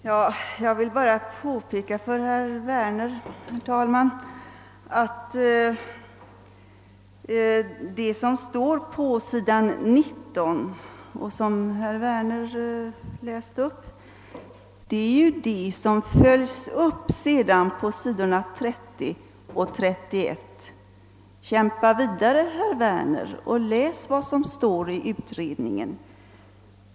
Herr talman! Jag vill bara påpeka för herr Werner att det som står på s. 19 och som herr Werner läste upp sedan följs upp på s. 30 och 31. Kämpa vidare, herr Werner, och läs vad som står i utredningen!